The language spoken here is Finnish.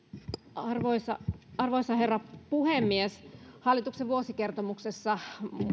arvoisa arvoisa herra puhemies hallituksen vuosikertomuksessa